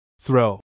throw